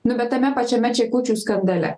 nu bet tame pačiame čekučių skandale